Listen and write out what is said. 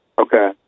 Okay